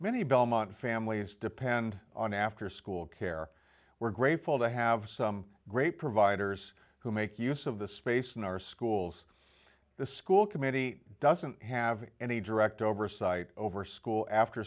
many belmont families depend on after school care we're grateful to have some great providers who make use of the space in our schools the school committee doesn't have any direct oversight over school after